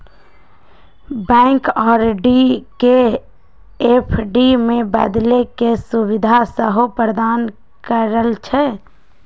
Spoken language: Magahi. बैंक आर.डी के ऐफ.डी में बदले के सुभीधा सेहो प्रदान करइ छइ